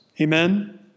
Amen